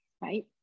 right